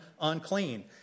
unclean